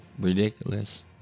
ridiculous